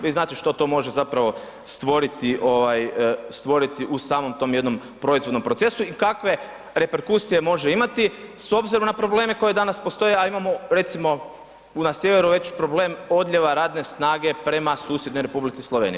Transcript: Vi znate što to može zapravo stvoriti u samom tom jednom proizvodnom procesu i kakve reperkusije može imati s obzirom na probleme koje danas postoje a imamo recimo na sjeveru već problem odljeva radne snage prema susjednoj Republici Sloveniji.